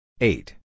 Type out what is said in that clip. Eight